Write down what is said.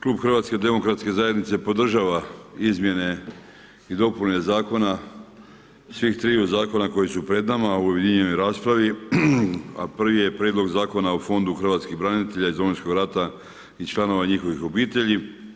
Klub HDZ-a podržava izmjene i dopune Zakona, svih triju zakonu koji su pred nama u objedinjenoj raspravi, a prvi je Prijedlog Zakona o Fondu hrvatskih branitelja iz Domovinskog rata i članova njihovih obitelji.